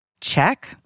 check